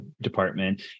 department